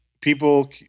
people